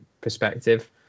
perspective